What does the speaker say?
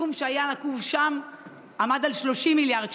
הסכום שהיה נקוב שם עמד על 30 מיליארד שקל,